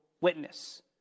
witness